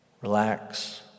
relax